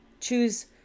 choose